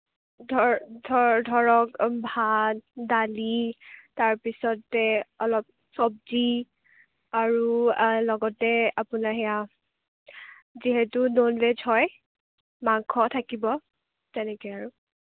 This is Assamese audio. ধৰ ধৰ ধৰক ভাত দালি তাৰপিছতে অলপ চব্জি আৰু লগতে আপোনাৰ সেইয়া যিহেতু নন ভেজ হয় মাংস থাকিব তেনেকৈ আৰু